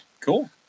Cool